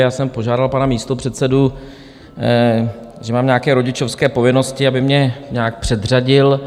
Já jsem požádal pana místopředsedu, že mám nějaké rodičovské povinnosti, aby mě nějak předřadil.